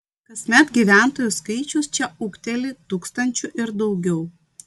kasmet gyventojų skaičius čia ūgteli tūkstančiu ir daugiau